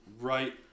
right